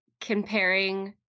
comparing